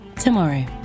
tomorrow